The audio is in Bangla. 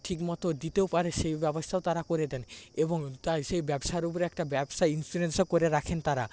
ঠিকমতো দিতেও পারে সেই ব্যবস্থাও তারা করে দেন এবং তাই সেই ব্যবসার ওপরে একটা ব্যবসায়ী ইনসিওরেন্সও করে রাখেন তারা